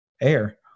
air